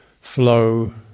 flow